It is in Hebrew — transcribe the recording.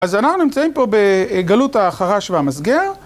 אז אנחנו נמצאים פה בגלות החרש והמסגר.